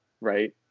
right